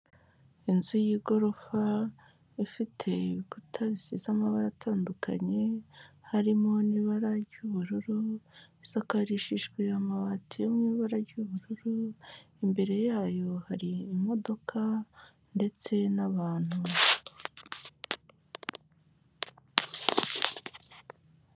Inzu y'igorofa ifite ibikuta bisize amabara atandukanye, harimo n'ibara ry'ubururu, isakarishijwe amabati yo mu ibara ry'ubururu, imbere yayo hari imodoka ndetse n'abantu.